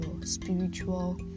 spiritual